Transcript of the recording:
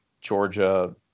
Georgia